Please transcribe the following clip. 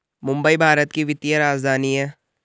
मुंबई भारत की वित्तीय राजधानी है